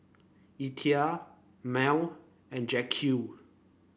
Etha Mable and Jaquez